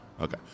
okay